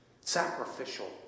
sacrificial